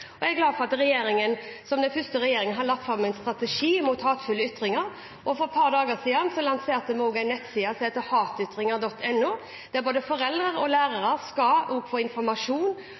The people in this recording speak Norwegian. glad for at denne regjeringen, som den første, har lagt fram en strategi mot hatefulle ytringer. For et par dager siden lanserte vi også en nettside som heter hatytringer.no, der både foreldre og lærere skal få informasjon